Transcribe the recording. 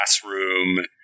classroom